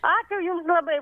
ačiū jums labai